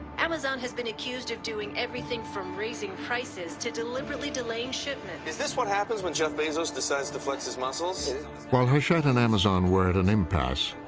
amazon has been accused of doing everything from raising prices to deliberately delaying shipments. is this what happens when jeff bezos decides to flex his muscles? narrator while hachette and amazon were at an impasse,